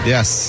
Yes